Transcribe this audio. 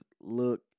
look